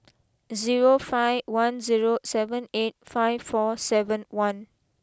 zero five one zero seven eight five four seven one